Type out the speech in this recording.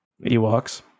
Ewoks